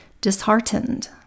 disheartened